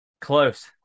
close